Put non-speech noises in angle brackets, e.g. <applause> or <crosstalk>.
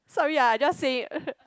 sorry ah I just say it <laughs>